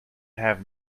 have